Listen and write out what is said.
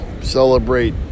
Celebrate